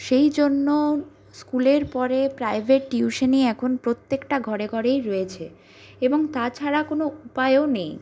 সেই জন্য স্কুলের পরে প্রাইভেট টিউশানি এখন প্রত্যেকটা ঘরে ঘরেই রয়েছে এবং তাছাড়া কোনও উপায়ও নেই